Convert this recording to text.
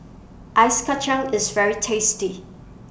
Ice Kacang IS very tasty